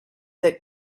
that